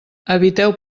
eviteu